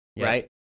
Right